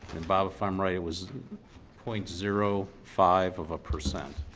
and bob, if i'm right, it was point zero five of a percent,